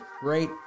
great